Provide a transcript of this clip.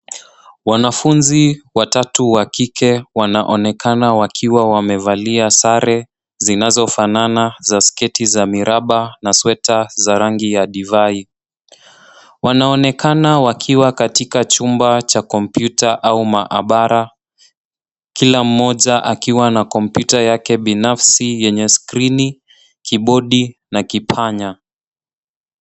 Wanafunzi watatu wa kike wanaonekana wakiwa wamevalia sare zinazofanana za sketi za miraba na sweta za rangi ya divai. Wanaonekana wakiwa katika chumba cha kompyuta au maabara, kila mmoja akiwa na kompyuta yake binafsi yenye skrini, kibodi na kipanya.